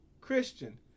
Christian